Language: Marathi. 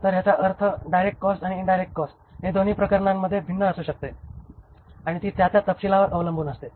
तर याचा अर्थ डायरेक्ट कॉस्ट आणि इन्डायरेक्ट कॉस्ट हे दोन्ही प्रकरणांमध्ये भिन्न असू शकते ती त्या त्या तपशिलावर अवलंबून असते